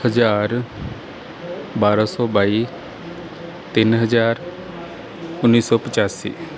ਹਜਾਰ ਬਾਰਾ ਸੌ ਬਾਈ ਤਿੰਨ ਹਜ਼ਾਰ ਉੱਨੀ ਸੌ ਪਚਾਸੀ